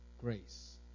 Grace